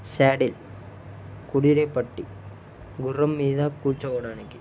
saddle కుడిరే పట్టి గుర్రం మీద కూర్చోవడానికి